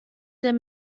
der